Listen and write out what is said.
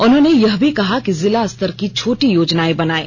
उन्होंने यह भी कहा कि जिलास्तर की छोटी योजनाएं बनायें